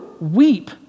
weep